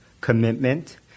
commitment